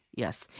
Yes